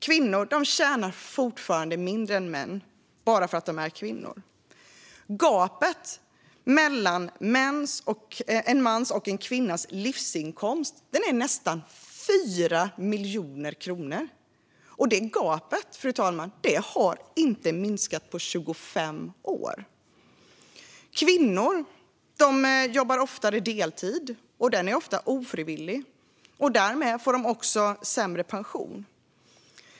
Kvinnor tjänar fortfarande mindre än män, bara för att de är kvinnor. Gapet mellan en mans och en kvinnas livsinkomst är nästan 4 miljoner kronor. Och detta gap, fru talman, har inte minskat på 25 år. Kvinnor jobbar oftare deltid, ofta ofrivilligt, och får därmed också sämre pension.